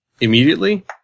immediately